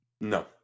No